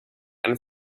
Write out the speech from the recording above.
and